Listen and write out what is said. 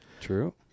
True